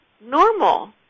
normal